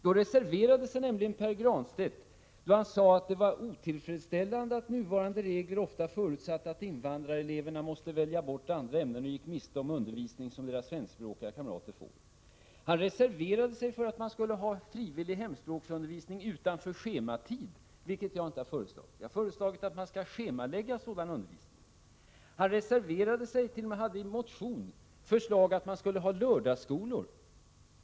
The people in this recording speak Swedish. Då reserverade sig nämligen Pär Granstedt och sade att det var otillfredsställande att nuvarande regler ofta förutsatte att invandrareleverna måste välja bort andra ämnen och gick miste om undervisning som deras svenskspråkiga kamrater fick. Han reserverade sig till förmån för att man skulle ha frivillig hemspråksundervisning utanför schemat — vilket jag inte har föreslagit. Jag har föreslagit att man skall schemalägga sådan undervisning. Han reserverade sig för och hade t.o.m. i en motion förslag om lördagsskolor.